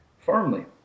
firmly